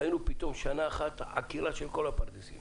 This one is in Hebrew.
ראינו פתאום בשנה אחת עקירה של כל הפרדסים